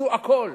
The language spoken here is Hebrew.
שעשה הכול.